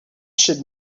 should